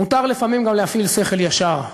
מותר לפעמים גם להפעיל שכל ישר,